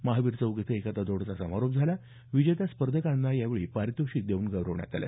महावीर चौक इथं एकता दौडचा समारोप झाला विजेत्या स्पर्धकांचा यावेळी पारितोषिक देऊन सन्मान करण्यात आला